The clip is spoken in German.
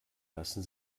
lassen